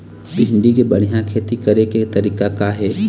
भिंडी के बढ़िया खेती करे के तरीका का हे?